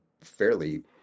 fairly